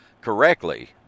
correctly